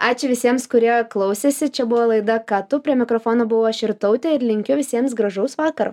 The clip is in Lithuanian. ačiū visiems kurie klausėsi čia buvo laida ką tu prie mikrofono buvau aš irtautė ir linkiu visiems gražaus vakaro